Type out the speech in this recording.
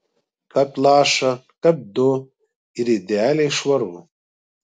kapt lašą kapt du ir idealiai švaru